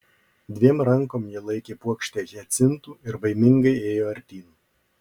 dviem rankom ji laikė puokštę hiacintų ir baimingai ėjo artyn